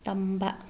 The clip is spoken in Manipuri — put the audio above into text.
ꯇꯝꯕ